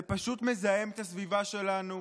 זה פשוט מזהם את הסביבה שלנו.